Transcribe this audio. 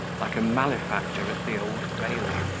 like a malefactor at the old bailey,